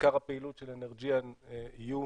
ועיקר הפעילות של אנרג'יאן יהיו